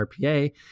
RPA